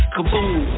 Kaboom